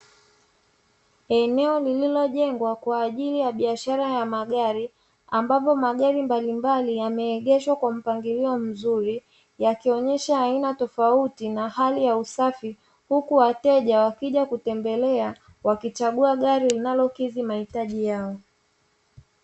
Eneo lililojengwa kwa ajili ya biashara ya magari ambapo magari mbalimbali yameegeshwa kwa mpangilio mzuri, yakionyesha aina tofauti na hali ya usafi, huku wateja wakija kutembelea wakichagua gari linalokidhi mahitaji yao.